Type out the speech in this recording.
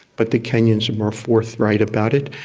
but the kenyans are more forthright about it,